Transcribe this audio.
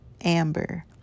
Amber